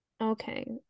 okay